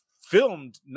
filmed